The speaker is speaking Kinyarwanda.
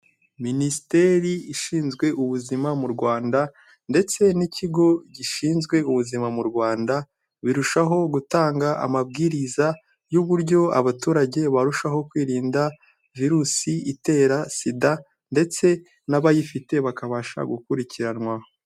Minisiteri ishinzwe Ubuzima mu Rwanda ndetse n'ikigo gishinzwe ubuzima mu Rwanda, birushaho gutanga amabwiriza y'uburyo abaturage barushaho kwirinda virusi itera SIDA ndetse n'abayifite bakabasha gukurikiranwa.